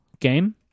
game